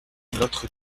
notre